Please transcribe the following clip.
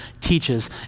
teaches